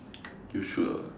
you sure